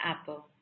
apple